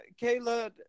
Kayla